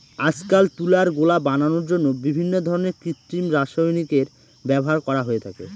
আজকাল তুলার গোলা বানানোর জন্য বিভিন্ন ধরনের কৃত্রিম রাসায়নিকের ব্যবহার করা হয়ে থাকে